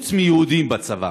חוץ מיהודים בצבא